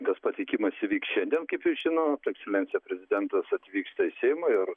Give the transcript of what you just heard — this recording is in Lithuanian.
tas pateikimas įvyks šiandien kaip jūs žino ekscelencija prezidentas atvyksta į seimą ir